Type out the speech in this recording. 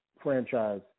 franchise